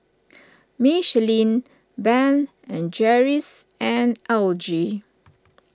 Michelin Ben and Jerry's and L G